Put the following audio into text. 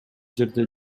жерде